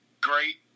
great